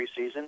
preseason